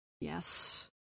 Yes